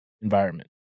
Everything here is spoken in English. environment